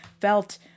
felt